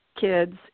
kids